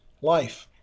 life